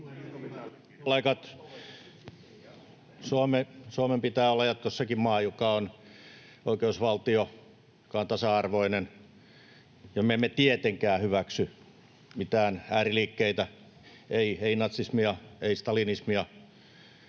Suomen pitää olla jatkossakin maa, joka on oikeusvaltio, joka on tasa-arvoinen, ja me emme tietenkään hyväksy mitään ääriliikkeitä, ei natsismia, ei stalinismia,